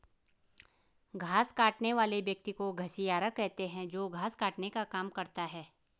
घास काटने वाले व्यक्ति को घसियारा कहते हैं जो घास काटने का काम करता है